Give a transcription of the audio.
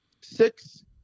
six